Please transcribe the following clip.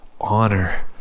honor